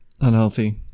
Unhealthy